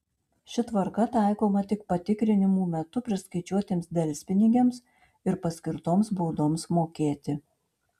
ši tvarka taikoma tik patikrinimų metu priskaičiuotiems delspinigiams ir paskirtoms baudoms mokėti